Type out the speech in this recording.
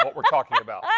but we're talking about.